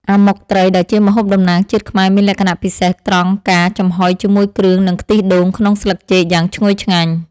អាម៉ុកត្រីដែលជាម្ហូបតំណាងជាតិខ្មែរមានលក្ខណៈពិសេសត្រង់ការចំហុយជាមួយគ្រឿងនិងខ្ទិះដូងក្នុងស្លឹកចេកយ៉ាងឈ្ងុយឆ្ងាញ់។